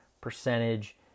percentage